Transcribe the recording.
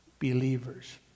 believers